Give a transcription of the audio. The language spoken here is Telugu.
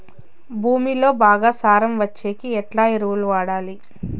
భూమిలో బాగా సారం వచ్చేకి ఎట్లా ఎరువులు వాడాలి?